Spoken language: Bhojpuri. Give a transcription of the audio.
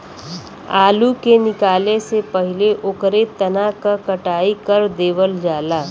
आलू के निकाले से पहिले ओकरे तना क कटाई कर देवल जाला